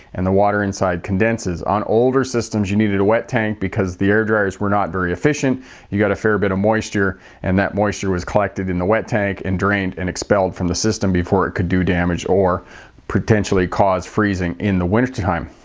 and the water inside condenses. on older systems you needed a wet tank because the air dryers were not very efficient you got a fair bit of moisture and that moisture was collected in the wet tank and drained and expelled from the system before it could do damage or potentially cause freezing in the winter time.